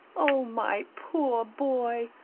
oh, my poor boy,